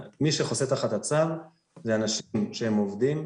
מי שחוסה תחת הצו זה אנשים שהם עובדים,